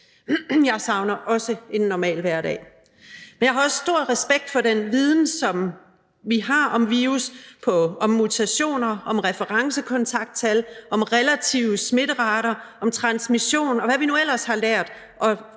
Jeg savner også en normal hverdag, men jeg har også stor respekt for den viden, som vi har om virus: om mutationer, om referencekontakttal, om relative smitterater, om transmission, og hvad vi nu ellers har lært